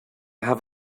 have